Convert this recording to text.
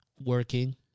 working